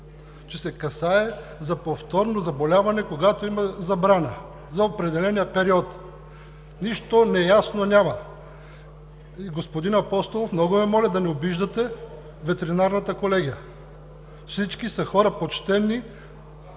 че се касае за повторно заболяване, когато има забрана за определения период. Нищо неясно няма. Господин Апостолов, много Ви моля да не обиждате Ветеринарната колегия. Всички са хора почтени,